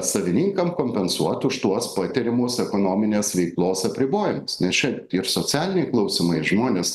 savininkam kompensuot už tuos patirimus ekonominės veiklos apribojimus nes čia ir socialiniai klausimai žmones